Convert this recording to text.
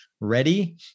ready